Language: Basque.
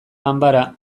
ganbara